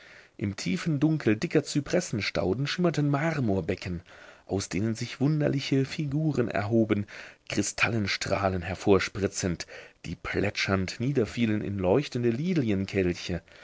im tiefen dunkel dicker zypressenstauden schimmerten marmorbecken aus denen sich wunderliche figuren erhoben kristallenstrahlen hervorspritzend die plätschernd niederfielen in leuchtende